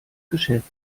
geschäft